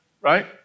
right